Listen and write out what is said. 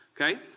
Okay